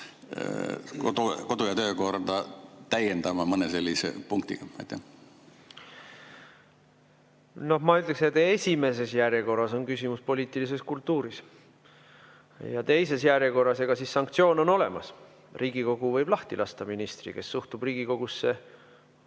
kodu‑ ja töökorda täiendama mõne sellise punktiga. Ma ütleksin, et esimeses järjekorras on küsimus poliitilises kultuuris ja teises järjekorras – sanktsioon on ju olemas. Riigikogu võib lahti lasta ministri, kes suhtub Riigikogusse